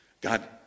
God